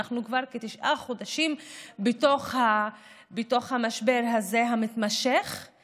ואנחנו כבר כתשעה חודשים בתוך המשבר המתמשך הזה,